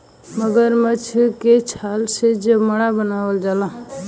मगरमच्छ के छाल से चमड़ा बनावल जाला